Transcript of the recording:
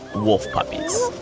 wolf puppies